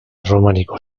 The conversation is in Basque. erromaniko